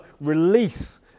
release